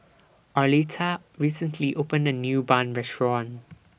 Arletta recently opened A New Bun Restaurant